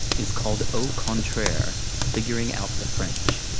is called au contraire figuring out the french.